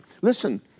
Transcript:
listen